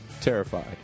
terrified